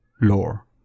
lore